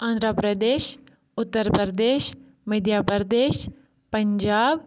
Andhra Pradesh Uttar Pradesh Madhya Pradesh Punjab